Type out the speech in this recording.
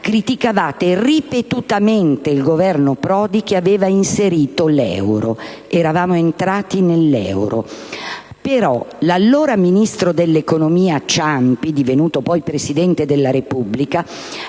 criticavate ripetutamente il Governo Prodi che aveva inserito l'euro. L'allora ministro dell'economia Ciampi, divenuto poi Presidente della Repubblica,